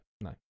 no